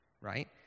right